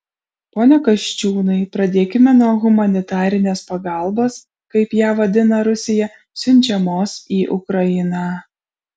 pone kasčiūnai pradėkime nuo humanitarinės pagalbos kaip ją vadina rusija siunčiamos į ukrainą